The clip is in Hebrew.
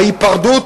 ההיפרדות.